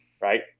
right